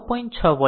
6 volt હશે